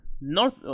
north